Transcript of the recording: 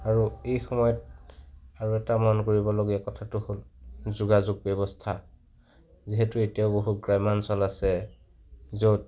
আৰু এই সময়ত আৰু এটা মনকৰিবলগীয়া কথাটো হ'ল যোগাযোগ ব্যৱস্থা যিহেতু এতিয়াও বহুতো গ্ৰামাঞ্চল আছে য'ত